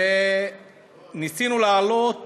וניסינו להעלות